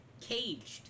caged